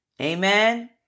Amen